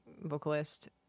vocalist